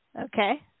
Okay